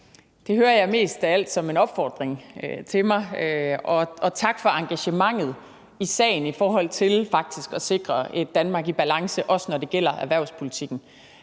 Det hører jeg mest af alt som en opfordring til mig – og tak for engagementet i sagen i forhold til faktisk at sikre et Danmark i balance, også når det gælder erhvervspolitikken.